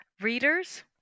Readers